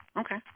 Okay